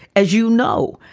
as you know,